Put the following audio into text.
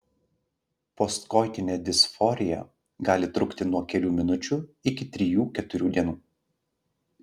postkoitinė disforija gali trukti nuo kelių minučių iki trijų keturių dienų